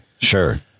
Sure